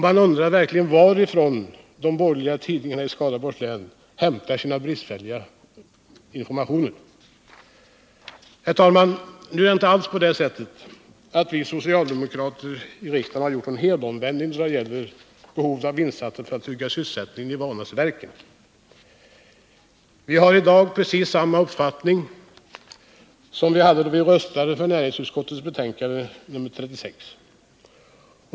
Man undrar verkligen varifrån de borgerliga tidningarna i Skaraborgs län hämtar dessa bristfälliga informationer. Herr talman! Nu är det ju inte alls på det sättet att vi socialdemokrater här i riksdagen har gjort någon helomvändning då det gäller behovet av insatser för att trygga sysselsättningen vid Vanäsverken. Vi har i dag precis samma uppfattning som vi hade då vi röstade om näringsutskottets betänkande nr 36.